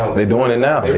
they doin' it now.